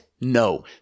No